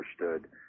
understood